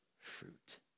fruit